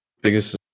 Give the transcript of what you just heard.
Biggest